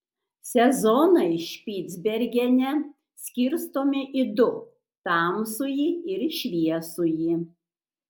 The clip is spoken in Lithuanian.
sezonai špicbergene skirstomi į du tamsųjį ir šviesųjį